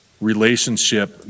relationship